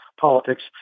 politics